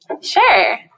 Sure